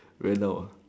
ran out